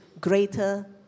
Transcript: greater